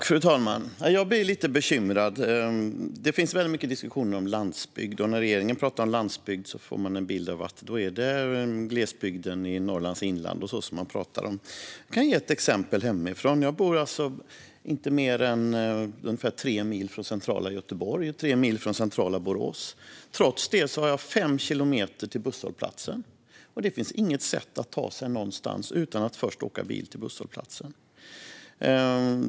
Fru talman! Jag blir lite bekymrad. Det pågår mycket diskussion om landsbygden. När regeringen talar om landsbygden får man en bild av att det är glesbygden i Norrlands inland och så vidare som man talar om. Jag kan ge ett exempel hemifrån. Jag bor inte mer än ungefär tre mil från centrala Göteborg och tre mil från centrala Borås. Trots det har jag fem kilometer till busshållplatsen. Det finns inget sätt att ta sig någonstans utan att först åka bil till busshållplatsen.